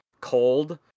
cold